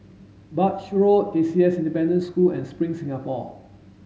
Birch Road A C S Independent Boarding School and Spring Singapore